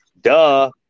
duh